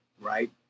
right